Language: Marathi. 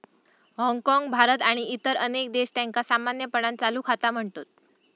हाँगकाँग, भारत आणि इतर अनेक देश, त्यांका सामान्यपणान चालू खाता म्हणतत